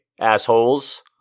assholes